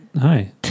Hi